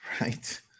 right